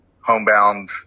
homebound